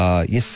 Yes